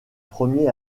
premier